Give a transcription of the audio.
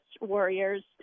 warriors